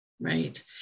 Right